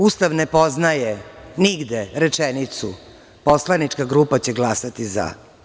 Ustav ne poznaje nigde rečenicu – poslanička grupa će glasati za.